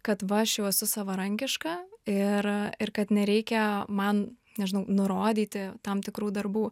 kad va aš jau esu savarankiška ir ir kad nereikia man nežinau nurodyti tam tikrų darbų